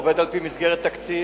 עובד על-פי מסגרת תקציב,